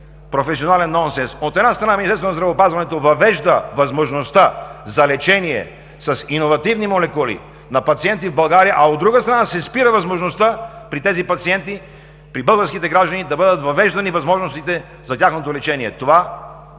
професионален нонсенс? От една страна, Министерството на здравеопазването въвежда възможността за лечение с иновативни молекули на пациенти в България, а от друга страна, се спира възможността при тези пациенти, при българските граждани да бъдат въвеждани възможностите за тяхното лечение. Това